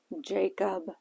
Jacob